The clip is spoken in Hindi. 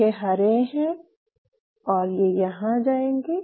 ये हरे हैं और ये यहाँ जायेंगे